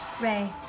Ray